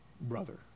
brother